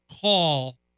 call